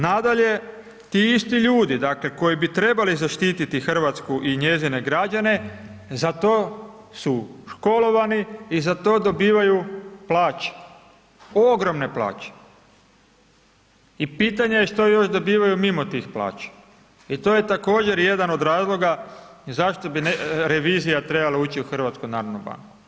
Nadalje, ti isti ljudi, dakle, koji bi trebali zaštiti RH i njezine građane, za to su školovani i za to dobivaju plaće, ogromne plaće i pitanje je što još dobivaju mimo tih plaća i to je također jedan od razloga zašto bi revizija trebala ući u HNB.